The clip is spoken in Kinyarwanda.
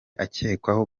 akekwaho